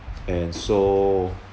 and so